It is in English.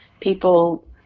People